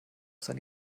seine